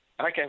Okay